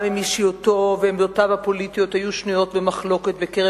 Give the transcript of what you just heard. גם אם אישיותו ועמדותיו הפוליטיות היו שנויות במחלוקת בקרב